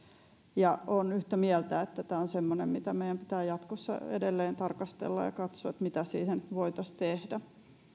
olen yhtä mieltä siitä että tämä on semmoinen mitä meidän pitää jatkossa edelleen tarkastella ja katsoa mitä siihen voitaisiin tehdä